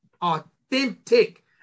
authentic